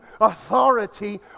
authority